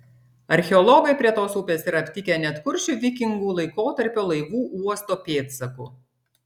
archeologai prie tos upės yra aptikę net kuršių vikingų laikotarpio laivų uosto pėdsakų